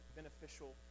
beneficial